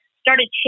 started